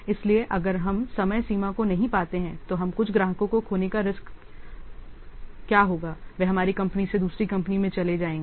इसलिए अगर हम समय सीमा को नहीं पाते हैं तो हम कुछ ग्राहकों को खोने का रिस्क क्या होगा वे हमारी कंपनी से दूसरी कंपनी में चले जाएंगे